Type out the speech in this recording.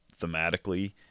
thematically